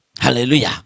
Hallelujah